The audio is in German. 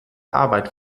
arbeit